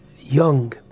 young